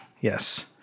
Yes